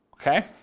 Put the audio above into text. Okay